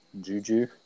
Juju